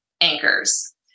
anchors